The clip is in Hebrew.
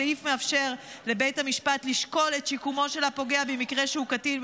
הסעיף מאפשר לבית המשפט לשקול את שיקומו של הפוגע במקרה שהוא קטין,